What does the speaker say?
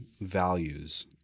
values